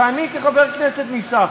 שאני כחבר כנסת ניסחתי,